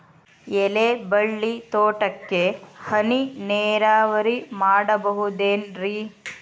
ಎಲೆಬಳ್ಳಿ ತೋಟಕ್ಕೆ ಹನಿ ನೇರಾವರಿ ಮಾಡಬಹುದೇನ್ ರಿ?